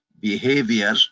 behavior